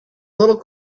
little